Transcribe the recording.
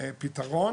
פתרון